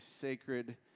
sacred